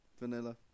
vanilla